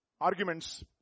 arguments